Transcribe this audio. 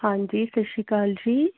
ਹਾਂਜੀ ਸਤਿ ਸ਼੍ਰੀ ਅਕਾਲ ਜੀ